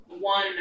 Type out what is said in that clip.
one